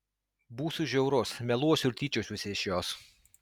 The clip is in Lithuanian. būsiu žiaurus meluosiu ir tyčiosiuosi iš jos